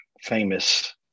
famous